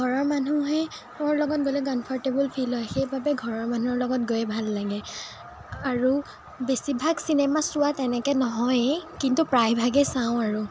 ঘৰৰ মানুহৰ লগত গ'লে কমফৰ্টেবল ফিল হয় সেইবাবে ঘৰৰ মানুহৰ লগত গৈয়ে ভাল লাগে আৰু বেছিভাগ চিনেমা চোৱা তেনেকে নহয়েই কিন্তু প্ৰায়ভাগেই চাওঁ আৰু